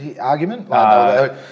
argument